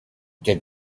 get